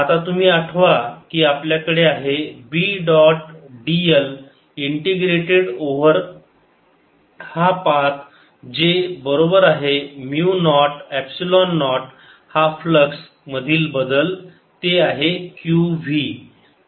आता तुम्ही आठवा की आपल्याकडे आहे B dot dl integrated over हा पाथ जे बरोबर आहे म्यु नॉट एपसिलोन नॉट हा फ्लक्स मधील बदल ते आहे q v